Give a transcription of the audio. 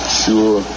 sure